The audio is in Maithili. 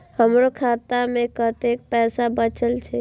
हमरो खाता में कतेक पैसा बचल छे?